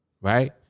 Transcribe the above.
right